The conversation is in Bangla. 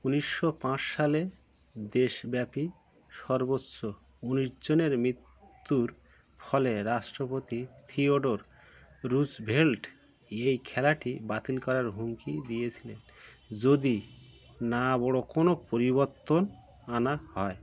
উনিশশো পাঁচ সালে দেশব্যাপী সর্বোচ্চ উনিশজনের মৃত্যুর ফলে রাষ্ট্রপতি থিওডর রুজভেল্ট এই খেলাটি বাতিল করার হুমকি দিয়েছিলেন যদি না বড় কোনো পরিবর্তন আনা হয়